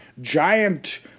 giant